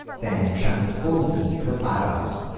then shines at full intensity for five hours.